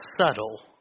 Subtle